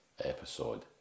episode